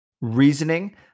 reasoning